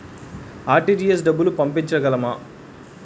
RTGS డబ్బులు పంపించగలము?